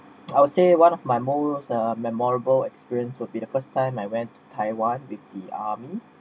I would say one of my most uh memorable experience will be the first time I went to taiwan with the army